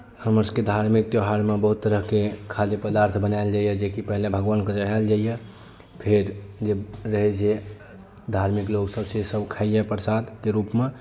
हमर सभके धार्मिक त्यौहारमे बहुत तरहके खाद्य पदार्थ बनायल जाइए जेकि पहिले भगवानकेँ चढ़ायल जाइए फेर जे रहैत छै धार्मिक लोकसभ से सभ खाइए प्रसादके रूपमे